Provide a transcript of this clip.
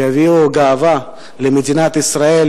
שהביאו גאווה למדינת ישראל.